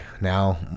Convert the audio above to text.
now